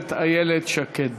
הכנסת איילת שקד.